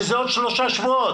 וזה עוד שלושה שבועות.